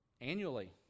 Annually